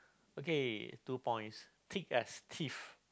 okay two points thick as thieves